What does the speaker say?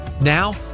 Now